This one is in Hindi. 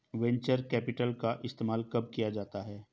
वेन्चर कैपिटल का इस्तेमाल कब किया जाता है?